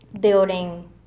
building